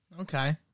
Okay